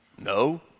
No